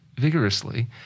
vigorously